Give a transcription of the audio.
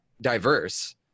diverse